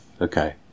Okay